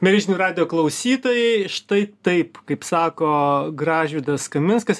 mieli žinių radijo klausytojai štai taip kaip sako gražvydas kaminskas